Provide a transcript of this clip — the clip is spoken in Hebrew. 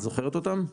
את זוכרת אותם?